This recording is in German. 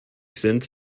sind